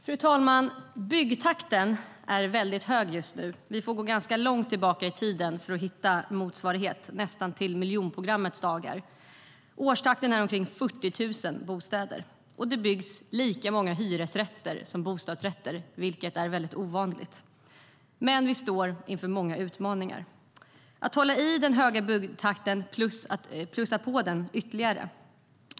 Samhällsplanering, bostadsförsörjning och byggande samt konsumentpolitikMen vi står inför många utmaningar. Det gäller att hålla den höga byggtakten och plussa på den ytterligare.